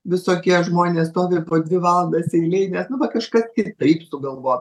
visokie žmonės stovi po dvi valandas eilėj nes kažką kitaip sugalvojo